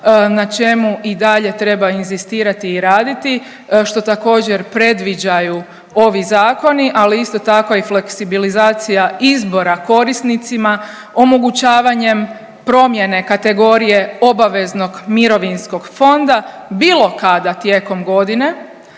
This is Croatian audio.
na čemu i dalje treba inzistirati i raditi što također predviđaju ovi zakoni, ali isto tako i fleksibilizacija izbora korisnicima omogućavanjem promjene kategorije obaveznog mirovinskog fonda bilo kada tijekom godine